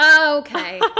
Okay